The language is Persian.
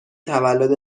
تولد